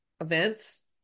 events